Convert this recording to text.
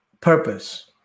purpose